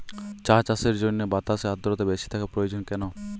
চা চাষের জন্য বাতাসে আর্দ্রতা বেশি থাকা প্রয়োজন কেন?